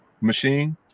machine